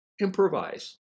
improvise